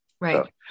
right